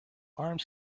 arms